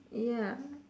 ya